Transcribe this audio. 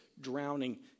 drowning